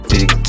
Big